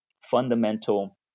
fundamental